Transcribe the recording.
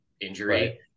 injury